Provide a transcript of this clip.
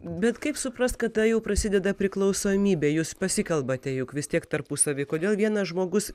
bet kaip suprast kada jau prasideda priklausomybė jūs pasikalbate juk vis tiek tarpusavyje kodėl vienas žmogus